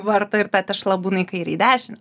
varto ir ta tešla būna į kairę į dešinę